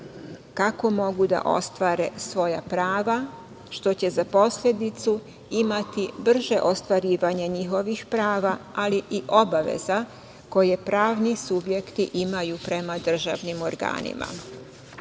kako mogu da ostvare svoja prava, što će za posledicu imati brže ostvarivanje njihovih prava, ali i obaveza koje pravni subjekti imaju prema državnih organima. Zbog